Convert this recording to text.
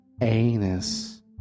Anus